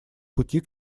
пути